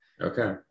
Okay